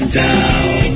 down